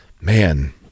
man